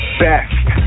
best